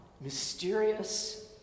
mysterious